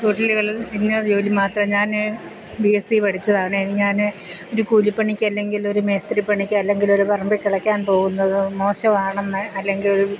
തൊഴിലുകളിൽ ഇന്ന ജോലി മാത്രമേ ഞാൻ ബി എസ് സി പഠിച്ചതാണ് ഞാൻ ഒരു കൂലിപ്പണിക്ക് അല്ലെങ്കിലുമൊരു മേസ്തരി പണിക്ക് അല്ലെങ്കിലൊരു പറമ്പിൽ കിളയ്ക്കാൻ പോകുന്നതോ മോശവാണെന്ന് അല്ലെങ്കിൽ ഒരു